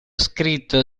scritto